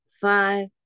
five